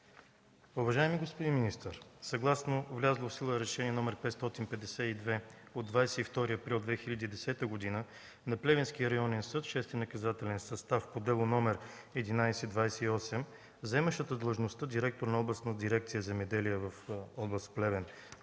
Уважаеми господин министър, съгласно влязло в сила Решение № 552 от 22 април 2010 г. на Плевенския районен съд, Шести наказателен състав по дело № 1128, заемащата длъжността директор на Областна служба „Земеделие” в област Плевен